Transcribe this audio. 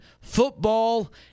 football